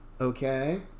okay